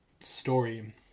story